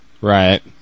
Right